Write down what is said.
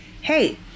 Hey